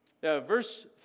Verse